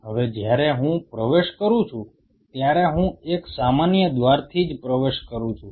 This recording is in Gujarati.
હવે જ્યારે હું પ્રવેશ કરું છું ત્યારે હું એક સામાન્ય દ્વારથી જ પ્રવેશ કરું છું